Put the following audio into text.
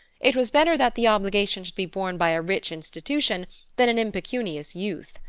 it was better that the obligation should be borne by a rich institution than an impecunious youth.